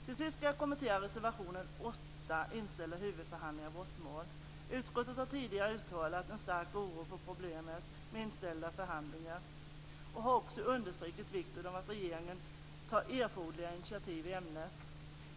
Till sist ska jag kommentera reservation 8 om inställda huvudförhandlingar i brottmål. Utskottet har tidigare uttalat en stark oro över problemet med inställda förhandlingar och har också understrukit vikten av att regeringen tar erforderliga initiativ i ämnet.